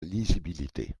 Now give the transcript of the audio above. lisibilité